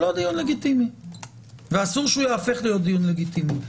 ואסור שיהיה לגיטימי,